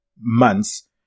months